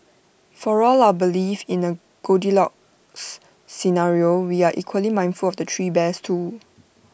for all our belief in A goldilocks scenario we are equally mindful of the three bears too